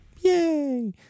Yay